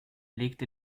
legte